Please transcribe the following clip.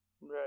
Right